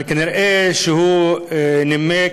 אבל כנראה שהוא נימק,